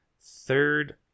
Third